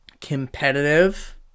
competitive